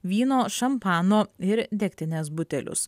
vyno šampano ir degtinės butelius